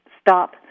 stop